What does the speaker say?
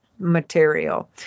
material